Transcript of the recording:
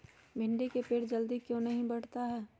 भिंडी का पेड़ जल्दी क्यों नहीं बढ़ता हैं?